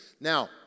Now